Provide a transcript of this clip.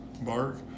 Bark